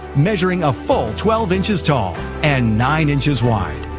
measuring a full twelve inches tall and nine inches wide.